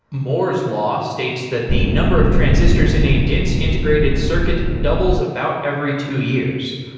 moore's law states that the number of transistors in a dense integrated circuit doubles about every two years.